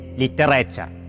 literature